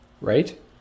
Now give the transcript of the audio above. right